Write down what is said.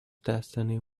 destiny